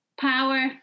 power